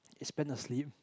is spend asleep